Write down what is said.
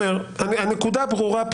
הנקודה פה ברורה.